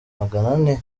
maganane